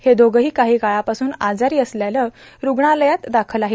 हे दोघंही काही काळापासून आजारी असल्यानं रूग्णालयात दाखल आहेत